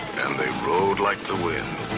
and they rode like the wind.